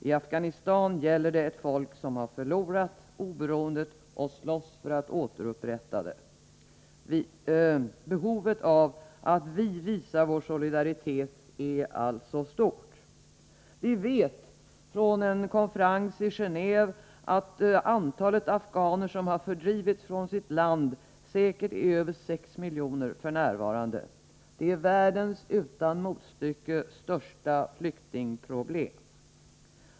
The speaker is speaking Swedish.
I Afghanistan gäller det ett folk som har förlorat sitt oberoende och slåss för att återupprätta det. Behovet av att vi visar vår solidaritet är alltså stort. Vi vet från en konferens i Gené&ve att antalet afghaner som har fördrivits från sitt land säkert är över 6 miljoner. Det är f. n. världens utan motstycke största flyktingproblem.